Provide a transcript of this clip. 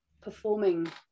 performing